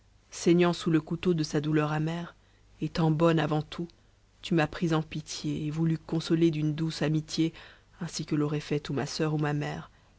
saignant sous le couteau de sa douleur amèré etant bonne avant tout tu m'as pris en pitié et voulu consoler d'une douce amitié ainsi que l'auraient fait ou ma soeur ou ma mère